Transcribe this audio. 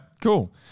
cool